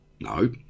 No